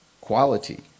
quality